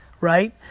right